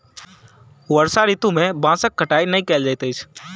वर्षा ऋतू में बांसक कटाई नै कयल जाइत अछि